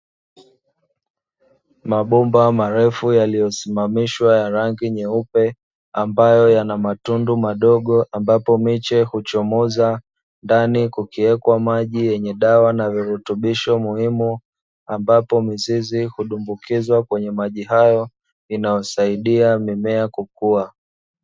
Mabomba marefu yaliyosimamishwa ya rangi nyeupe, ambayo yana matundu madogo ambapo miche uchomoza, ndani kukiwekwa maji yenye dawa na virutubisho muhimu ambapo mizizi hudumbukizwa kwenye maji hayo inayosaidia mimea kukua.